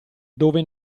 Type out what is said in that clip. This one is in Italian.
dove